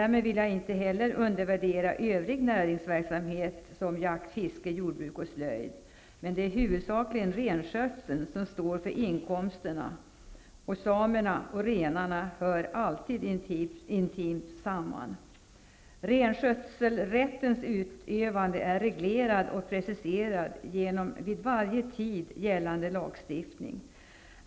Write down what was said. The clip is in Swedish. Därmed vill jag inte undervärdera övrig näringsverksamhet som jakt, fiske, jordbruk och slöjd. Men det är huvudsakligen renskötseln som står för inkomsterna, och samerna och renarna hör alltid intimt samman. Renskötselrättens utövande är reglerad och preciserad genom vid varje tid gällande lagstiftning.